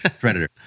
Predator